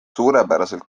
suurepäraselt